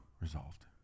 Resolved